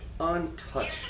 untouched